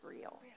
real